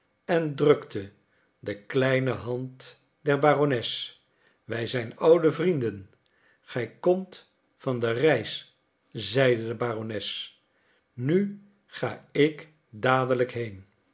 en drukte de kleine hand der barones wij zijn oude vrienden gij komt van de reis zeide de barones nu ga ik dadelijk heen